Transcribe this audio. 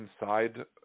inside